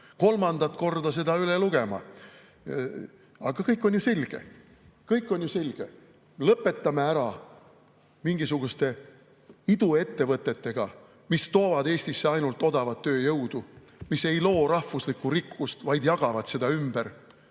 kolmandat korda seda ette lugema. Aga kõik on ju selge, kõik on selge. Lõpetame ära mingisugustele iduettevõtetele [erandite tegemise], mis toovad Eestisse ainult odavat tööjõudu ja mis ei loo rahvuslikku rikkust, vaid jagavad seda ümber.